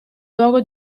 luogo